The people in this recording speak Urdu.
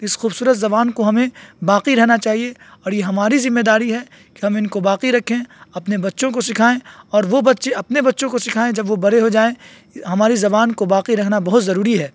اس خوبصورت زبان کو ہمیں باقی رہنا چاہیے اور یہ ہماری ذمے داری ہے کہ ہم ان کو باقی رکھیں اپنے بچوں کو سکھائیں اور وہ بچے اپنے بچوں کو سکھائیں جب وہ بڑے ہو جائیں ہماری زبان کو باقی رہنا بہت ضروری ہے